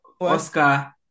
Oscar